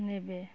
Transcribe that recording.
ନେବେ